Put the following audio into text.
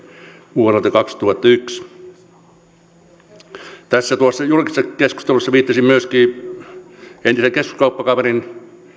vuodelta kaksituhattayksi tuossa keskustelussa viittasin myöskin entisen keskuskauppakamarin